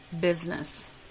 business